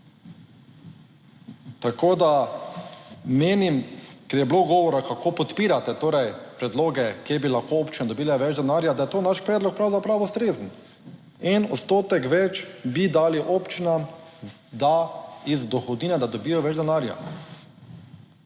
Tako da menim, ker je bilo govora, kako podpirate torej predloge, kjer bi lahko občine dobile več denarja, da je to naš predlog pravzaprav, ustrezen. En odstotek več bi dali občinam iz dohodnine, da dobijo več denarja,